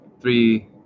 three